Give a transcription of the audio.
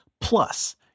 Plus